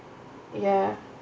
ya